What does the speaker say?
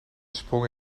sprong